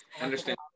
Understand